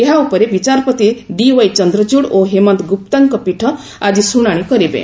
ଏହା ଉପରେ ବିଚାରପତି ଡିୱାଇ ଚନ୍ଦ୍ରଚୂଡ଼ ଓ ହେମନ୍ତ ଗ୍ରୁପ୍ତାଙ୍କ ପୀଠ ଆଜି ଶ୍ରଣାଣି କରିବେ